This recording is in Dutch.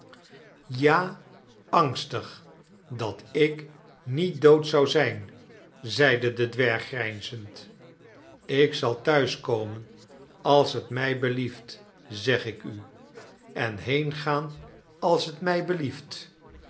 ja angstig dat ik niet dood zou zijn zeide de dwerg grijnzend ik zal thuis komen als het mij belieft zeg ik u en heengaan als het mij belieft